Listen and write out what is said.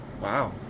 Wow